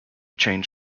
change